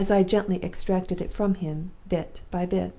as i gently extracted it from him bit by bit